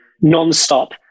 non-stop